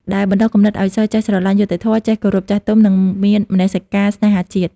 ដែលបណ្ដុះគំនិតឱ្យសិស្សចេះស្រលាញ់យុត្តិធម៌ ចេះគោរពចាស់ទុំ និងមានមនសិការស្នេហាជាតិ។